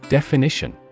Definition